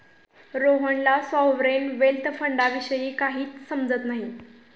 रोहनला sovereign wealth फंडाविषयी काहीच समजत नाही